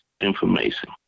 information